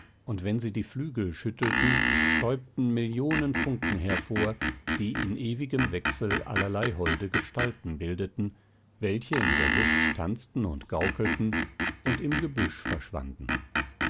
und wenn sie die flügel schüttelten stäubten millionen funken hervor die in ewigem wechsel allerlei holde gestalten bildeten welche in der luft tanzten und gaukelten und im gebüsch verschwanden